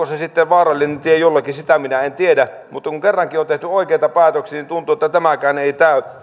se sitten vaarallinen tie jollekin sitä minä en tiedä mutta kun kerrankin on tehty oikeita päätöksiä niin tuntuu että tämäkään ei